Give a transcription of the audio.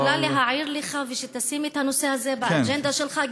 אני יכולה להעיר לך ושתשים את הנושא הזה באג'נדה שלך,